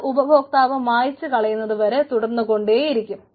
അത് ഉപഭോക്താവ് മായ്ച്ചു കളയുന്നതുവരെ തുടർന്നു കൊണ്ടേയിരിക്കും